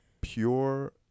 pure